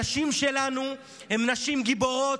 הנשים שלנו הן נשים גיבורות,